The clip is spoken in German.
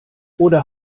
oder